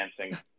dancing